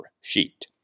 sheet